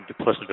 duplicitous